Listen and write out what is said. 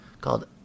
called